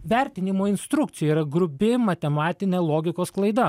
vertinimo instrukcija yra grubi matematinė logikos klaida